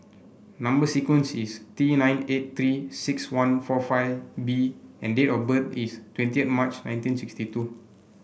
number sequence is T nine eight Three six one four five B and date of birth is twenty March nineteen sixty two